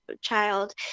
child